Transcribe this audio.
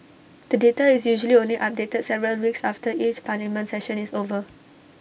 the data is usually only updated several weeks after each parliament session is over